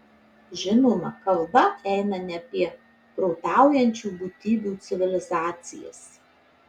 žinoma kalba eina ne apie protaujančių būtybių civilizacijas